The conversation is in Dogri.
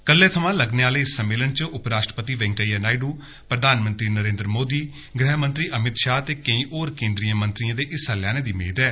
कल्ले थमां लग्गने आहले इस सम्मेलन च उपराष्ट्र पति वैंकेईया नायड्रू प्रधानमंत्री नरेंद्र मोदी ग़हमंत्री अमित शा ह ते कैंई होर कैंद्रिय मंत्रियें दे हिस्सा लैने दी मेद ऐ